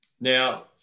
Now